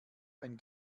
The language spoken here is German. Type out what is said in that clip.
ein